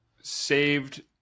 saved